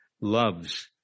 loves